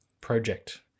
project